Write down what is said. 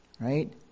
Right